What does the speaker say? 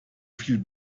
viel